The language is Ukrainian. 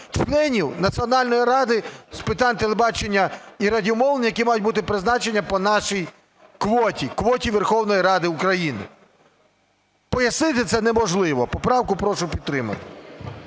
членів Національної ради з питань телебачення і радіомовлення, які мають бути призначені по нашій квоті, квоті Верховної Ради України. Пояснити це неможливо. Поправку прошу підтримати.